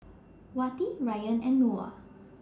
Wati Ryan and Noah